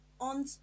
on